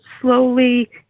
slowly